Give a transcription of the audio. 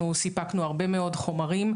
אנחנו סיפקנו הרבה מאוד חומרים.